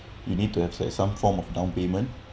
you need to have like some form of down payment